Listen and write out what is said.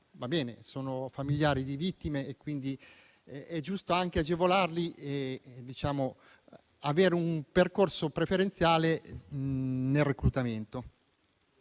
sono familiari di vittime e quindi è giusto anche agevolarli con un percorso preferenziale nel reclutamento.